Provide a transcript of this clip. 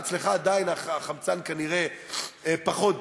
אצלך עדיין החמצן כנראה פחות דליל,